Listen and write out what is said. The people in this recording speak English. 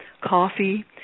coffee